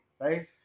Right